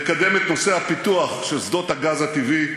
נקדם את נושא הפיתוח של שדות הגז הטבעי,